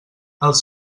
els